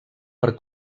per